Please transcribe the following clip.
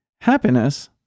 happiness